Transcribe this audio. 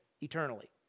eternally